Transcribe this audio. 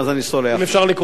אם אפשר לקרוא לו, אדוני המזכיר.